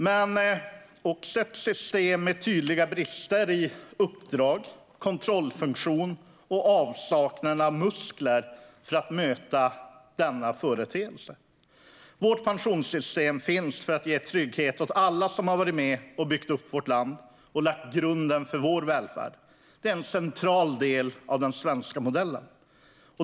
Det handlar också om ett system med tydliga brister i uppdrag, kontrollfunktion och avsaknad av muskler för att möta denna företeelse. Vårt pensionssystem finns för att ge trygghet åt alla som har varit med och byggt upp vårt land och lagt grunden för vår välfärd. Det är en central del av den svenska modellen.